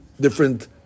different